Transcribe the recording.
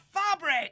fabric